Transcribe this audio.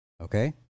Okay